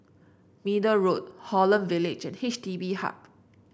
Middle Road Holland Village H D B Hub